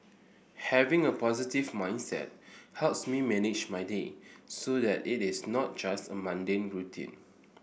having a positive mindset helps me manage my day so that it is not just a mundane routine